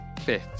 fifth